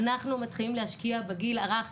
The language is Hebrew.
אנחנו מתחילים להשקיע בגיל הרך,